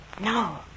No